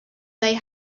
they